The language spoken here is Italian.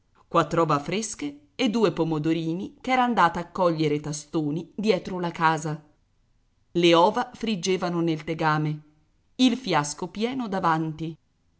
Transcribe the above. mezzo quattr'ova fresche e due pomidori ch'era andata a cogliere tastoni dietro la casa le ova friggevano nel tegame il fiasco pieno davanti